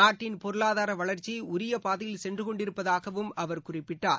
நாட்டின் பொருளாதார வளர்ச்சி உரிய பாதையில் சென்று கொண்டிருப்பதாகவும் அவர் குறிப்பிட்டார்